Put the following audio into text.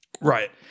Right